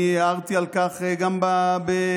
אני הערתי על כך גם ברבים.